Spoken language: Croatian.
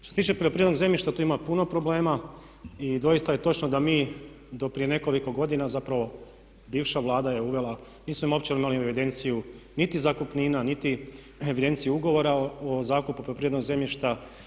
Što se tiče poljoprivrednog zemljišta tu ima puno problema i doista je točno da mi do prije nekoliko godina, zapravo bivša Vlada je uvela, nismo uopće imali evidenciju niti zakupnina niti evidenciju ugovora o zakupu poljoprivrednog zemljišta.